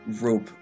rope